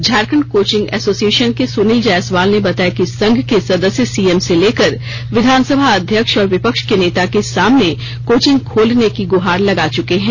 Jharkhand coaching association के सुनील जायसवाल ने बताया कि संघ के सदस्य सीएम से लेकर विधानसभा अध्यक्ष और विपक्ष के नेता के सामने कोचिंग खोलने की गुहार लगा चुके हैं